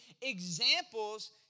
examples